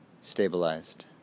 stabilized